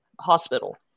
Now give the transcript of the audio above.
hospital